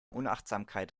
unachtsamkeit